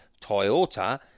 toyota